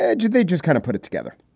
yeah did they just kind of put it together?